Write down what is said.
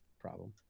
problem